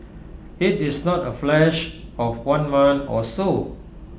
IT is not A flash of one month or so